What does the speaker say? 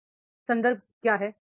या संदर्भ क्या है